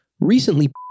Recently